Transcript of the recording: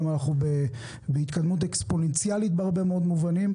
אנחנו גם בהתקדמות אקספוננציאלית בהרבה מאוד מובנים,